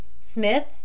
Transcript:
Smith